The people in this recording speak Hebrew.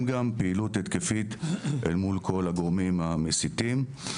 גם פעילות התקפית אל מול כל הגורמים המסיתים.